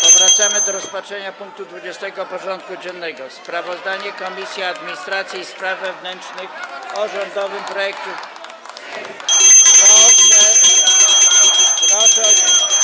Powracamy do rozpatrzenia punktu 20. porządku dziennego: Sprawozdanie Komisji Administracji i Spraw Wewnętrznych o rządowym projekcie ustawy.